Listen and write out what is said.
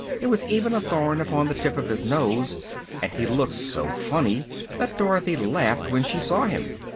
there was even a thorn upon the tip of his nose and he looked so funny that dorothy laughed when she saw him.